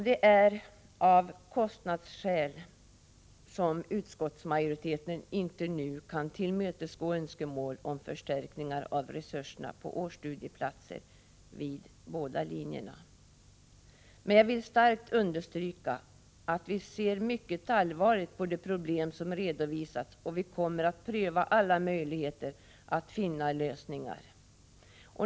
Det är kostnadsskäl som gör att utskottsmajoriteten inte nu kan tillmötesgå önskemål om förstärkningar av resurserna till årsstudieplatser vid båda linjerna. Jag vill emellertid starkt understryka att vi ser mycket allvarligt på de problem som har redovisats, och vi kommer att pröva alla möjligheter att finna lösningar.